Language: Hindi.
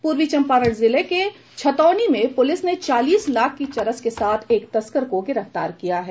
पूर्वी चम्पारण जिले के छतौनी में पुलिस ने चालीस लाख की चरस के साथ एक तस्कर को गिरफ्तार किया है